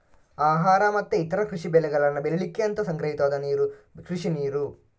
ಆಹಾರ ಮತ್ತೆ ಇತರ ಕೃಷಿ ಬೆಳೆಗಳನ್ನ ಬೆಳೀಲಿಕ್ಕೆ ಅಂತ ಸಂಗ್ರಹಿತವಾದ ನೀರು ಕೃಷಿ ನೀರು